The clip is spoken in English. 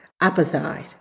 apathy